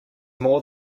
more